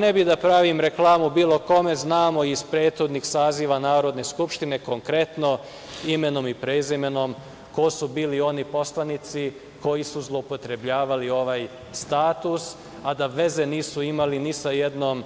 Ne bih da pravim reklamu bilo kome znamo iz prethodnih saziva Narodne skupštine, konkretno imenom i prezimenom, ko su bili oni poslanici, koji su zloupotrebljavali ovaj status, a da veze nisu imali ni sa jednom